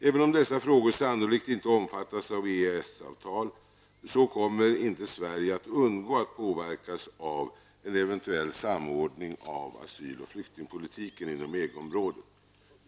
Även om dessa frågor sannolikt inte omfattas av ett EES-avtal, så kommer inte Sverige att undgå att påverkas av en eventuell samordning av asyl och flyktingpolitiken inom EG-området.''